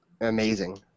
Amazing